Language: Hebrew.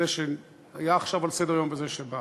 שאינו נוכח.